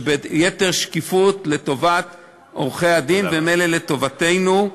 וביתר שקיפות לטובת עורכי-הדין, וממילא לטובתנו,